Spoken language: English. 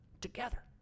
together